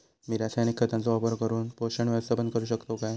मी रासायनिक खतांचो वापर करून पोषक व्यवस्थापन करू शकताव काय?